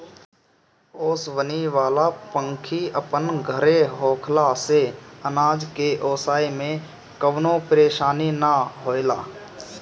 ओसवनी वाला पंखी अपन घरे होखला से अनाज के ओसाए में कवनो परेशानी ना होएला